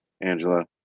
Angela